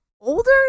older